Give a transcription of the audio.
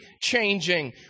changing